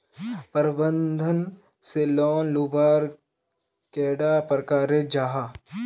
प्रबंधन से लोन लुबार कैडा प्रकारेर जाहा?